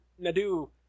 Nadu